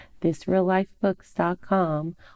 thisreallifebooks.com